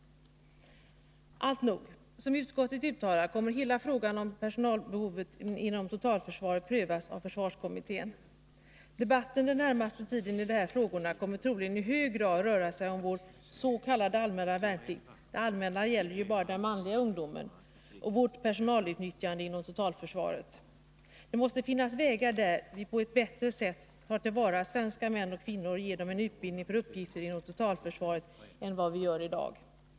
Alltnog: Som utskottet uttalar kommer hela frågan om personalbehoven inom totalförsvaret att prövas av försvarskommittén. Debatten den närmaste tiden i de här frågorna kommer troligen i hög grad att röra sig om vår s.k. allmänna värnplikt — det allmänna gäller ju bara den manliga ungdomen — och vårt personalutnyttjande inom totalförsvaret. Det måste finnas vägar där vi på ett bättre sätt än vad vi gör i dag tar till vara svenska män och kvinnor och ger dem utbildning för uppgifter inom totalförsvaret.